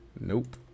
Nope